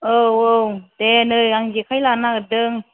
औ औ दे नै आं जेखाइ लानो नागेरदों